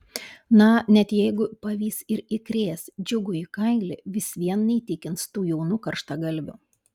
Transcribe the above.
na net jeigu pavys ir įkrės džiugui į kailį vis vien neįtikins tų jaunų karštagalvių